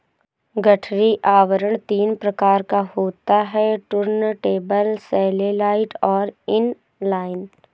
गठरी आवरण तीन प्रकार का होता है टुर्नटेबल, सैटेलाइट और इन लाइन